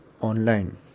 online